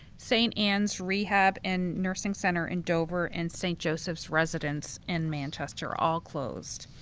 st. ann's rehab and nursing center in dover, and st. joseph's residence in manchester, all closed.